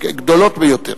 גדולות ביותר.